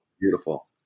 Beautiful